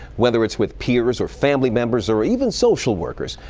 whether it's with peers or family members or even social workers.